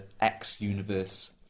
X-universe